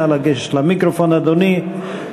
נא לגשת למיקרופון, אדוני.